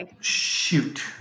Shoot